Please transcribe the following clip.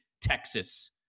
Texas